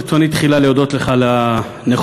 ברצוני תחילה להודות לך על הנכונות